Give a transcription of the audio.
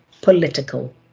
political